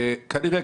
וכנראה,